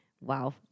wow